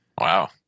Wow